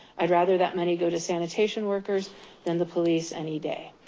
i'd rather that money go to sanitation workers than the police any day.